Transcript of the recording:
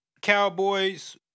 Cowboys